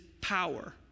power